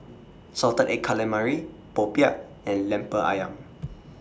Salted Egg Calamari Popiah and Lemper Ayam